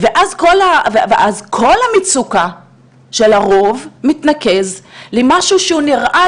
אז כל המצוקה של הרוב מתנקז למשהו שנראה